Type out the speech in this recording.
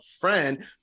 friend